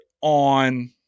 on